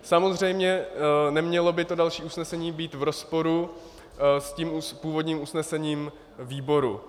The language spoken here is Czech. Samozřejmě nemělo by to další usnesení být v rozporu s tím původním usnesením výboru.